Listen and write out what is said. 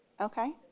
Okay